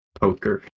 poker